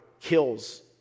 kills